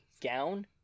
gown